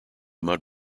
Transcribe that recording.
mud